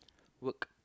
work